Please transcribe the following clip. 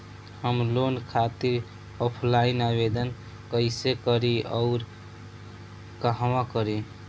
हम लोन खातिर ऑफलाइन आवेदन कइसे करि अउर कहवा करी?